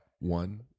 one